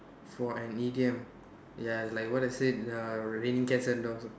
for an idiom ya it's like what I said uh raining and cats and dogs uh